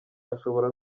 ashobora